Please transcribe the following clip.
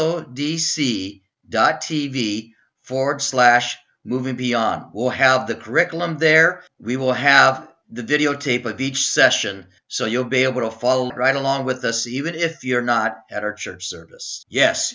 o d c dot tv forward slash movie on will have the curriculum there we will have the videotape of each session so you'll be able to follow right along with us even if you're not at our church service yes